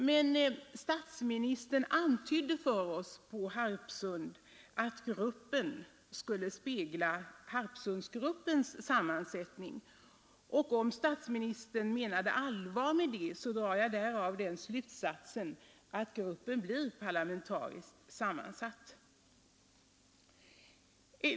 Men statsministern antydde för oss på Harpsund att gruppen skall spegla ”Harpsundsgruppens” sammansättning, och om statsministern menade allvar med det, drar jag därav den slutsatsen att gruppen blir parlamentariskt sammansatt.